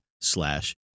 slash